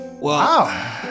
Wow